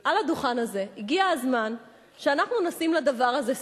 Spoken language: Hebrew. על הדוכן הזה: הגיע הזמן שאנחנו נשים לדבר הזה סוף.